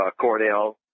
Cornell